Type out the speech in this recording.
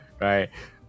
right